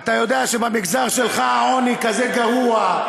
אתה יודע שבמגזר שלך העוני כזה גרוע.